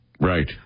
Right